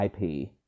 IP